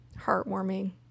heartwarming